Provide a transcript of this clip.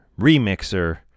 remixer